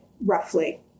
roughly